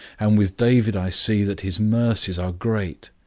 and with david i see that his mercies are great.